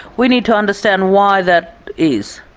we need to understand why that is.